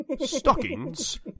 stockings